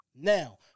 Now